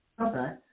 Okay